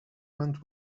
went